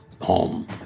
home